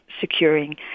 securing